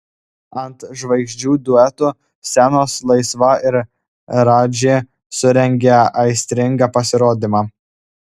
ant žvaigždžių duetų scenos laisva ir radži surengė aistringą pasirodymą